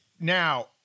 Now